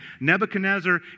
Nebuchadnezzar